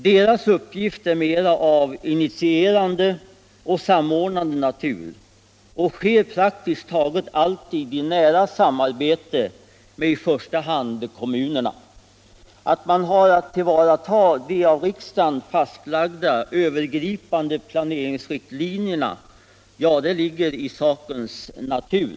Deras uppgift är mer av initierande och samordnande natur, och planeringen sker praktiskt taget alltid i nära samarbete med i första hand kommunerna. Att man har att rätta sig efter de av riksdagen fastlagda övergripande planeringsriktlinjerna ligger i sakens natur.